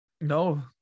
No